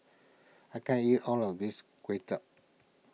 I can't eat all of this Kuay Chap